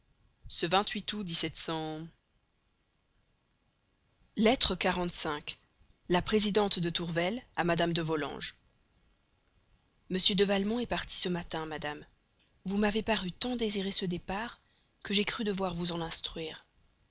lettre xlv la présidente tourvel à madame de volanges m de valmont est parti ce matin madame vous m'avez paru désirer tant ce départ que je crois devoir vous en instruire